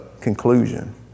conclusion